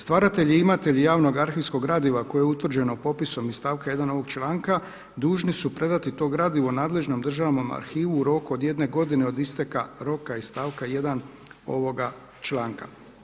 Stvaratelji i imatelji javnog arhivskog gradiva koje je utvrđeno popisom iz stavka 1. ovog članka dužni su predati to gradivo nadležnom Državnom arhivu u roku od jedne godine od isteka roka iz stavka 1. ovoga članka.